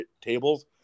tables